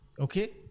Okay